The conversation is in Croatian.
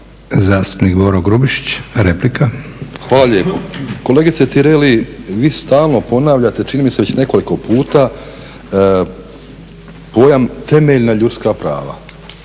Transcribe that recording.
replika. **Grubišić, Boro (HDSSB)** Hvala lijepo. Kolegice Tireli vi stalno ponavljate čini mi se već nekoliko puta pojam temeljna ljudska prava,